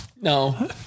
No